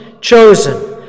chosen